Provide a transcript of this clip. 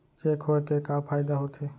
Cheque होए के का फाइदा होथे?